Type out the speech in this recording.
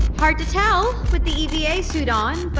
hard to tell with the e v a. suit on,